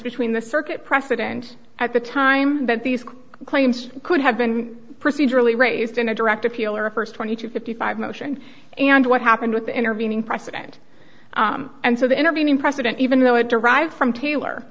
between the circuit precedent at the time that these claims could have been procedurally raised in a direct appeal or a first twenty to fifty five motion and what happened with the intervening precedent and so the intervening president even though it derives from taylor